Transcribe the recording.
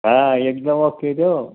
हा एकदम ओके आहे तो